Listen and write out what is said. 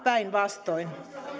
päinvastoin